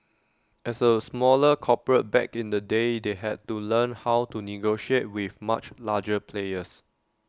as A smaller corporate back in the day they had to learn how to negotiate with much larger players